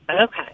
Okay